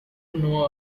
know